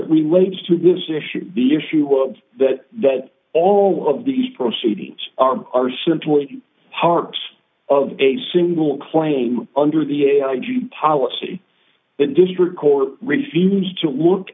it relates to this issue the issue of that that all of these proceedings are are simply parts of a single claim under the energy policy in the district court refused to look